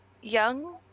young